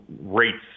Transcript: rates